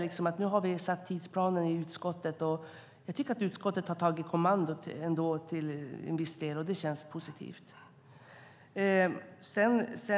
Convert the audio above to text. Vi har satt tidsplanen i utskottet och att utskottet har tagit kommandot till en viss del känns positivt.